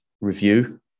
review